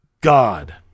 God